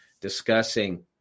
discussing